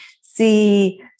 see